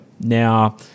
Now